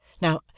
Now